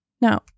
Now